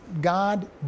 God